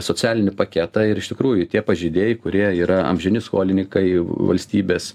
socialinį paketą ir iš tikrųjų tie pažeidėjai kurie yra amžini skolinikai valstybės